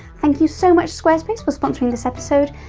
thank you so much squarespace for sponsoring this episode,